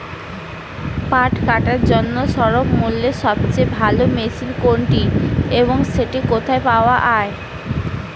পাট কাটার জন্য স্বল্পমূল্যে সবচেয়ে ভালো মেশিন কোনটি এবং সেটি কোথায় পাওয়া য়ায়?